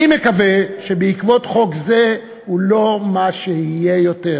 אני מקווה שבעקבות חוק זה הוא לא מה שיהיה עוד,